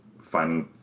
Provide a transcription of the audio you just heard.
finding